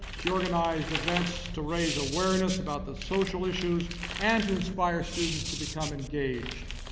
she organized events to raise awareness about the social issues and to inspire students to become engaged.